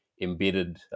embedded